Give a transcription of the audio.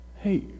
hey